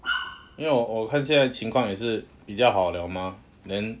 ya 我看现在情况也是比较好了 mah then